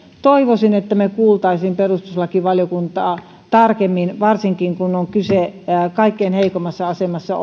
toivoisin että me kuulisimme perustuslakivaliokuntaa tarkemmin varsinkin kun on kyse kaikkein heikoimmassa asemassa